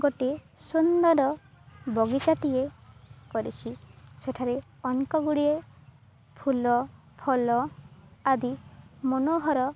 ଗୋଟିଏ ସୁନ୍ଦର ବଗିଚାଟିଏ କରିଛି ସେଠାରେ ଅନେକ ଗୁଡ଼ିଏ ଫୁଲ ଫଳ ଆଦି ମନୋହର